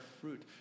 fruit